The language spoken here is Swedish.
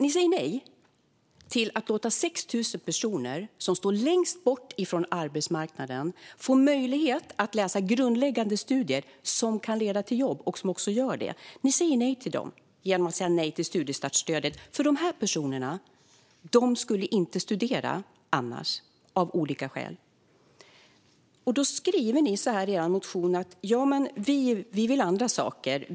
Ni säger nej till att låta 6 000 av de personer som står längst bort från arbetsmarknaden få möjlighet att bedriva grundläggande studier som kan leda till jobb och som också gör det. Ni säger nej till dem genom att säga nej till studiestartsstödet, för de här personerna skulle av olika skäl inte studera annars. I er motion skriver ni att ni vill göra andra saker.